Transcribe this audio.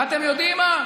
ואתם יודעים מה?